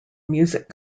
music